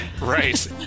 Right